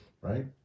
right